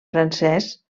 francès